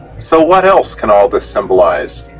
so what else can all this symbolize,